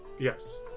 Yes